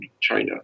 China